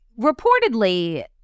reportedly